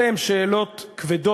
אלה הן שאלות כבדות.